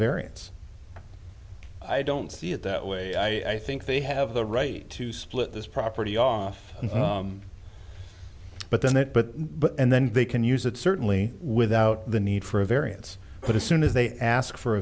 variance i don't see it that way i think they have the right to split this property off but then that but and then they can use it certainly without the need for a variance but as soon as they ask for a